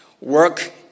Work